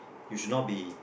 you should not be